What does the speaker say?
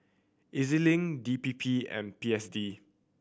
E Z Link D P P and P S D